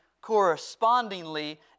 correspondingly